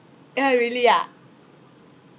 ya really ah